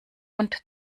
und